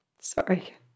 Sorry